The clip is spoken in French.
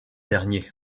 dernier